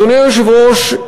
אדוני היושב-ראש,